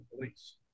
police